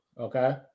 Okay